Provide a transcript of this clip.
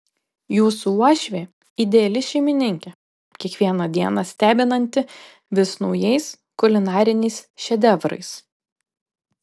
jūsų uošvė ideali šeimininkė kiekvieną dieną stebinanti vis naujais kulinariniais šedevrais